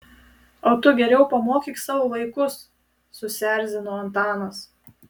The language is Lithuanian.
o tu geriau pamokyk savo vaikus susierzino antanas